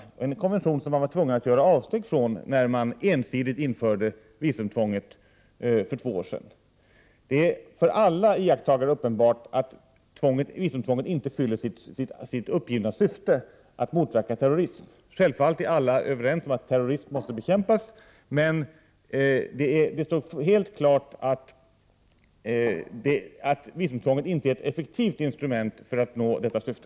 Detta är en konvention som man var tvungen att göra avsteg från när man ensidigt införde visumtvånget för två år sedan. Det är för alla iakttagare uppenbart att visumtvånget inte fyller det uppgivna syftet att motverka terrorism. Självfallet är alla överens om att terrorism måste bekämpas, men det står helt klart att visumtvånget inte är ett effektivt instrument för att nå detta syfte.